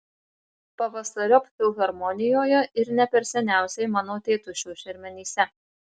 pavasariop filharmonijoje ir ne per seniausiai mano tėtušio šermenyse